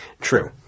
True